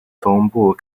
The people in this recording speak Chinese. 东部